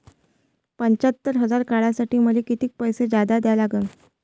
पंच्यात्तर हजार काढासाठी मले कितीक पैसे जादा द्या लागन?